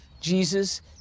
Jesus